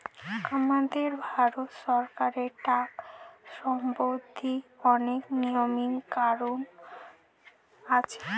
আমাদের ভারত সরকারের ট্যাক্স সম্বন্ধিত অনেক নিয়ম কানুন আছে